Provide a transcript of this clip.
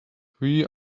three